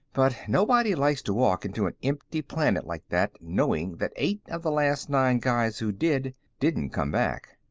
but nobody likes to walk into an empty planet like that knowing that eight of the last nine guys who did didn't come back.